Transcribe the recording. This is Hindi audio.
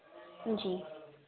जी